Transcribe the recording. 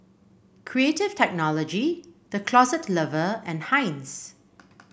Creative Technology The Closet Lover and Heinz